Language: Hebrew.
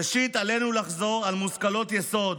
ראשית, עלינו לחזור על מושכלות יסוד: